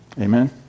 amen